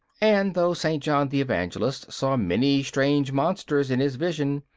and though st. john the evangelist saw many strange monsters in his vision,